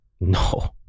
no